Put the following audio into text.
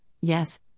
Yes